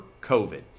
COVID